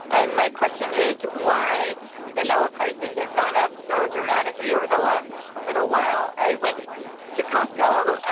and my question is why vanilla prices have gone up so dramatically over the last little while. i went to costco.